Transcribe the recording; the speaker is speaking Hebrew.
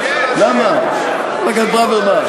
למה, ברוורמן?